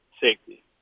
safety